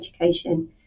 education